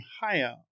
higher